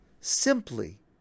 Simply